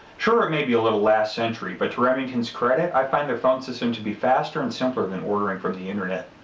sure it may be a little last-century, but to remington's credit, i find their phone system to be faster and simpler than ordering from the internet.